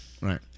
Right